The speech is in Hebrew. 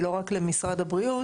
היא לא רק למשרד הבריאות.